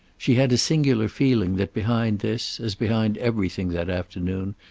she had a singular feeling that behind this, as behind everything that afternoon,